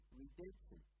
redemption